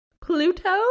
Pluto